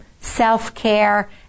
self-care